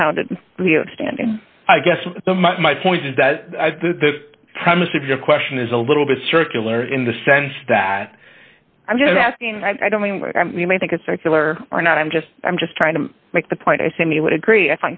propounded standing i guess my point is that the premise of your question is a little bit circular in the sense that i'm just asking i don't mean you may think it's circular or not i'm just i'm just trying to make the point i say me would agree i